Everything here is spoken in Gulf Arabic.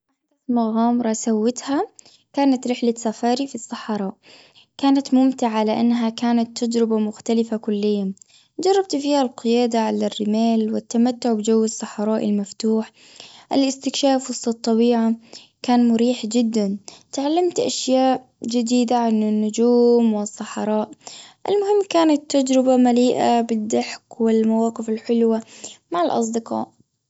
أحدث مغامرة سوتها كانت رحلة سفاري في الصحراء. كانت ممتعة لأنها كانت تجربة مختلفة كليا. جربت فيها القيادة على الرمال والتمتع بجو الصحراء المفتوح. الأستكشاف وسط الطبيعة. كان مريح جدا. تعلمت أشياء جديدة عن النجوم والصحراء. المهم كانت تجربة مليئة بالضحك والمواقف الحلوة مع الأصدقاء.